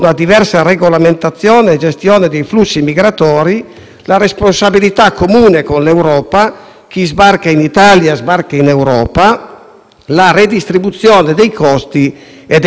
chi sbarca in Italia sbarca in Europa; vi è una redistribuzione dei costi e dei migranti. Pertanto, peraltro e comunque, si è trattato dell'atto di tutto un Governo